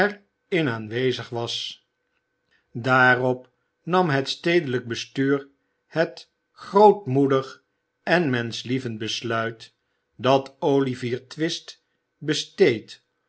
in aanwezig was daarop nam het stedelijk bestuur het grootmoedig en menschlievend besluit dat olivier twist besteed